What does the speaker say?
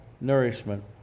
nourishment